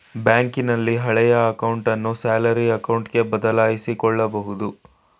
ಬ್ಯಾಂಕಿನಲ್ಲಿ ಹಳೆಯ ಅಕೌಂಟನ್ನು ಸ್ಯಾಲರಿ ಅಕೌಂಟ್ಗೆ ಬದಲಾಯಿಸಕೊಬೋದು